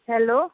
hello